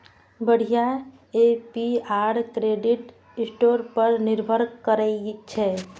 बढ़िया APR credit score पर निर्भर करै छै